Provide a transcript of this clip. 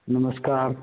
नमस्कार